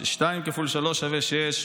שתיים כפול שלוש שווה שש,